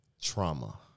trauma